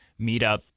Meetup